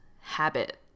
habit